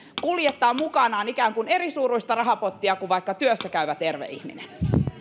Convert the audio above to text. kuljettaa mukanaan ikään kuin erisuuruista rahapottia kuin vaikka työssä käyvä terve ihminen